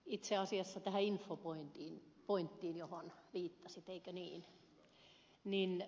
itse asiassa tähän infopointiin johon viittasitte eikö niin